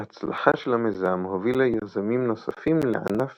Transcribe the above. ההצלחה של המיזם הובילה יזמים נוספים לענף